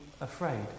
afraid